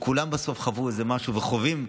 שכולם בסוף חוו משהו וחווים,